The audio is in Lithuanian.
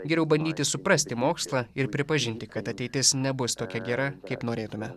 geriau bandyti suprasti mokslą ir pripažinti kad ateitis nebus tokia gera kaip norėtume